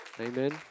Amen